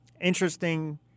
interesting